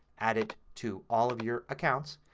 add it to all of your accounts,